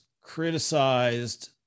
criticized